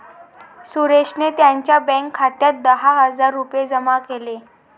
सुरेशने त्यांच्या बँक खात्यात दहा हजार रुपये जमा केले